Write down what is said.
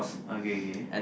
okay K